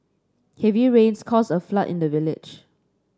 heavy rains caused a flood in the village